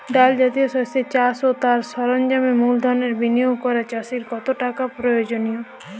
ডাল জাতীয় শস্যের চাষ ও তার সরঞ্জামের মূলধনের বিনিয়োগ করা চাষীর কাছে কতটা প্রয়োজনীয়?